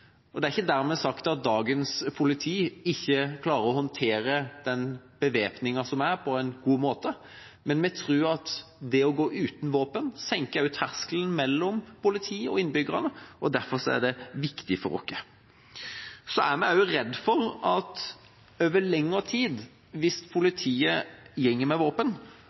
preg. Det er ikke dermed sagt at dagens politi ikke klarer å håndtere den bevæpninga som er, på en god måte, men vi tror at det å gå uten våpen senker terskelen mellom politi og innbyggere. Derfor er det viktig for oss. Vi er også redde for at det kan føre til en eskalering av bruk av våpen i kriminelle miljøer dersom politiet går med våpen over lengre tid